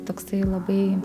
toksai labai